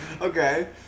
Okay